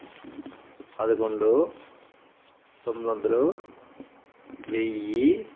పదకొండు తొమ్మిది వందలు వెయ్యి